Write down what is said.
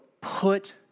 put